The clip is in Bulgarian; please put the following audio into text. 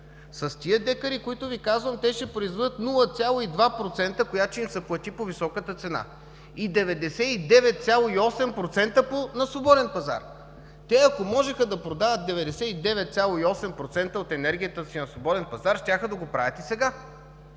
С тези декари, които Ви казвам, те ще произведат 0,2%, която ще им се плати по високата цена и 99,8% на свободен пазар. Те, ако можеха да продават 99,8% от енергията си на свободен пазар, щяха да го правят и сега.